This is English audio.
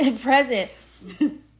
present